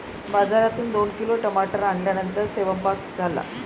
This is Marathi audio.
बाजारातून दोन किलो टमाटर आणल्यानंतर सेवन्पाक झाले